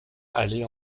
aller